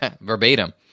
verbatim